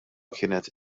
kienet